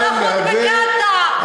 שייתנו לו אזרחות בקטאר.